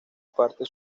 parte